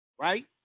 right